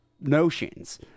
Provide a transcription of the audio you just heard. Notions